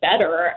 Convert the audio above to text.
better